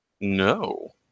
No